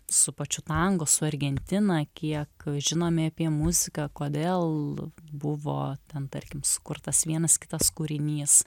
su pačiu tango su argentina kiek žinome apie muziką kodėl buvo ten tarkim sukurtas vienas kitas kūrinys